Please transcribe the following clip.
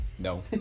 No